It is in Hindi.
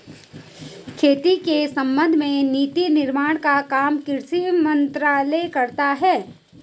खेती के संबंध में नीति निर्माण का काम कृषि मंत्रालय करता है